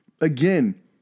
again